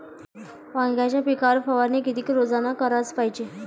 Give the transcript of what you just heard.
वांग्याच्या पिकावर फवारनी किती रोजानं कराच पायजे?